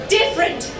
different